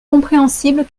compréhensibles